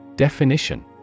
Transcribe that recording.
Definition